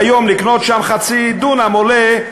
והיום לקנות שם חצי דונם עולה,